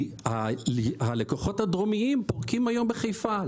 כי הלקוחות הדרומיים פורקים היום בחיפה.